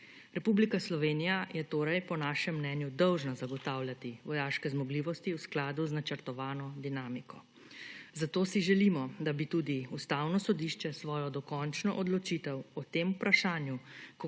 Republika Slovenija je torej po našem mnenju dolžna zagotavljati vojaške zmogljivosti v skladu z načrtovano dinamiko, zato si želimo, da bi tudi Ustavno sodišče svojo dokončno odločitev o tem vprašanju,